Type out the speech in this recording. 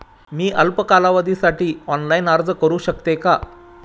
मी अल्प कालावधीसाठी ऑनलाइन अर्ज करू शकते का?